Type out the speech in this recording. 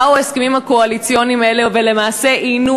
באו ההסכמים הקואליציוניים האלה ולמעשה איינו